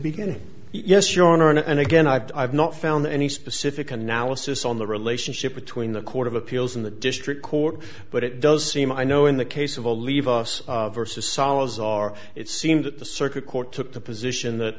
beginning yes your honor and again i've not found any specific analysis on the relationship between the court of appeals in the district court but it does seem i know in the case of a leave us versus solace our it seems that the circuit court took the position that